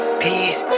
peace